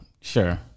Sure